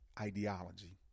ideology